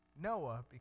Noah